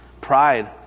Pride